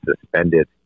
suspended